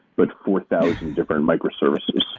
but four thousand different micro services.